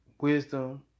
wisdom